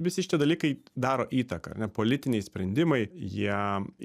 visi šitie dalykai daro įtaką ar ne politiniai sprendimai jie